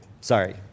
Sorry